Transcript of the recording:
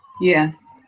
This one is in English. yes